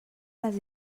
les